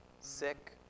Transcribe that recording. sick